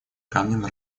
камнем